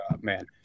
man